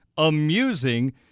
Amusing